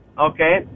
Okay